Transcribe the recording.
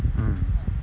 mm